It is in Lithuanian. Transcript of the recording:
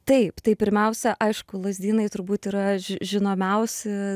taip tai pirmiausia aišku lazdynai turbūt yra žinomiausi